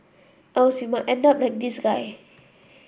else you might end up like this guy